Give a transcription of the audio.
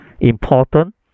important